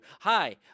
Hi